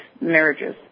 marriages